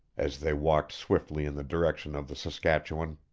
as they walked swiftly in the direction of the saskatchewan.